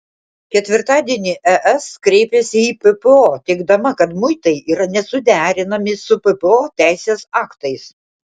ketvirtadienį es kreipėsi į ppo teigdama kad muitai yra nesuderinami su ppo teisės aktais